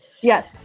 Yes